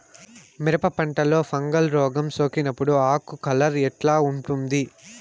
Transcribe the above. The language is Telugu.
మిరప పంటలో ఫంగల్ రోగం సోకినప్పుడు ఆకు కలర్ ఎట్లా ఉంటుంది?